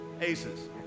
aces